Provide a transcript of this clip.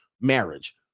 marriage